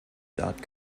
dot